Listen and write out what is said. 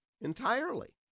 entirely